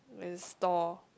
where they store